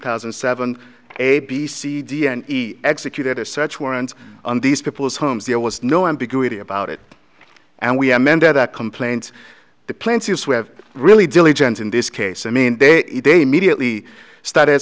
thousand and seven a b c d and e executed a search warrant on these people's homes there was no ambiguity about it and we amended that complaint the plants use we have really diligent in this case i mean they they immediately started